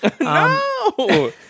No